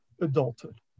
adulthood